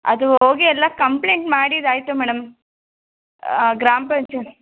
ಅದು ಹೋಗಿ ಎಲ್ಲ ಕಂಪ್ಲೇಂಟ್ ಮಾಡಿದ್ದಾಯ್ತು ಮೇಡಮ್ ಗ್ರಾಮ್ಪಂಚಾಯ್ತಿ